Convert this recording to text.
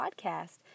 podcast